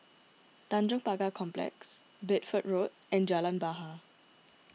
Tanjong Pagar Complex Bedford Road and Jalan Bahar